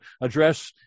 address